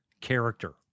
character